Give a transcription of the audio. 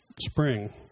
spring